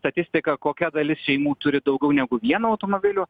statistiką kokia dalis šeimų turi daugiau negu vieną automobilių